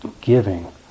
giving